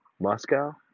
Moscow